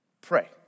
Pray